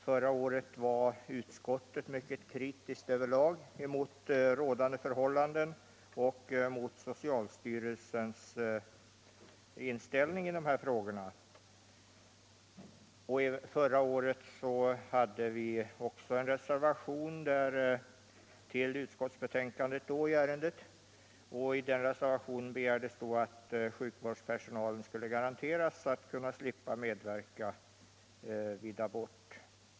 Förra året var utskottet mycket kritiskt över lag mot rådande förhållanden och mot socialstyrelsens inställning i dessa frågor. Även då hade vi en reservation till utskottsbetänkandet i ärendet i vilken vi begärde att sjukvårdspersonalen skulle garanteras att slippa medverka vid abort.